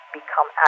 become